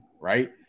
right